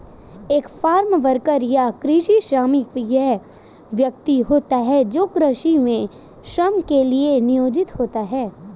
एक farm worker या कृषि श्रमिक वह व्यक्ति होता है जो कृषि में श्रम के लिए नियोजित होता है